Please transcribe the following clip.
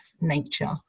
nature